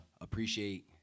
appreciate